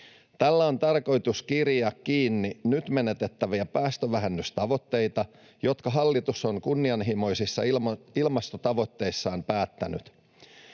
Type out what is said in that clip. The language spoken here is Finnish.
Tällä on tarkoitus kiriä kiinni nyt menetettäviä päästövähennystavoitteita, jotka hallitus on kunnianhimoisissa ilmastotavoitteissaan päättänyt.